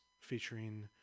featuring